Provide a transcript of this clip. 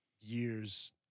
years